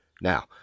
Now